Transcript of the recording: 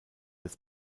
des